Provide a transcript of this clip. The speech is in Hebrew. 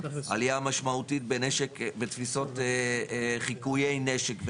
עלייה משמעותית בתפיסות חיקויי נשק,